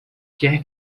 quer